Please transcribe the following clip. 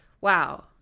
wow